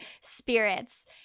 spirits